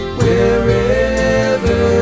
wherever